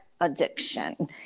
addiction